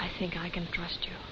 i think i can trust you